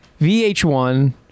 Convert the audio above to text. vh1